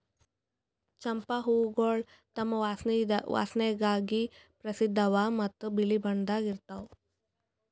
ಚಂಪಾ ಹೂವುಗೊಳ್ ತಮ್ ವಾಸನೆಗಾಗಿ ಪ್ರಸಿದ್ಧ ಅವಾ ಮತ್ತ ಬಿಳಿ ಬಣ್ಣದಾಗ್ ಇರ್ತಾವ್